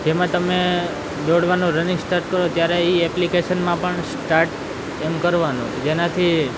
જેમાં દોડવાનું running start કરો ત્યારે એ એપ્લિકેશનમાં પણ સ્ટાર્ટ એમ કરવાનું જેનાથી